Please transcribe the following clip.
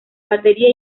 batería